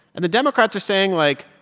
and the democrats are saying, like,